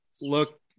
look